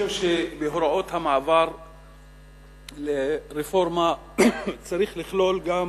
אני חושב שבהוראות המעבר לרפורמה צריך לכלול גם